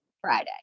Friday